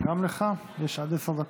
גם לך יש עד עשר דקות.